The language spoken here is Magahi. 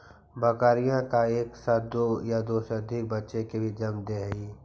बकरियाँ एक साथ दो या दो से अधिक बच्चों को भी जन्म दे हई